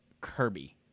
Kirby